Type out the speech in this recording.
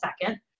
second